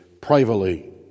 privately